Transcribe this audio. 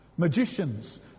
magicians